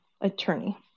attorney